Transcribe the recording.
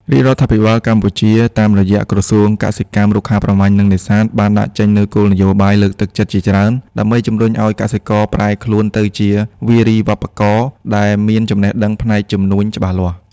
រាជរដ្ឋាភិបាលកម្ពុជាតាមរយៈក្រសួងកសិកម្ម រុក្ខាប្រមាញ់ និងនេសាទ បានដាក់ចេញនូវគោលនយោបាយលើកទឹកចិត្តជាច្រើន ដើម្បីជំរុញឱ្យកសិករប្រែខ្លួនទៅជាវារីវប្បករដែលមានចំណេះដឹងផ្នែកជំនួញច្បាស់លាស់។